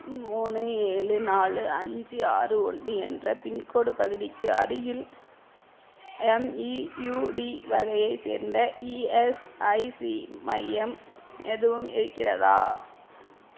மூணு ஏழு நாலு அஞ்சு ஆறு ஒன்று என்ற பின்கோடு பகுதிக்கு அருகில் எம்இயூடி வகையைச் சேர்ந்த இஎஸ்ஐசி மையம் எதுவும் இருக்கிறதா